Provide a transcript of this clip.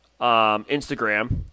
Instagram